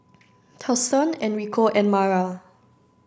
Thurston Enrico and Mara